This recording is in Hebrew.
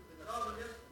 בתי-חולים,